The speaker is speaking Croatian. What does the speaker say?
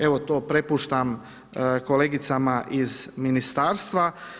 Evo, to prepuštam kolegicama iz Ministarstva.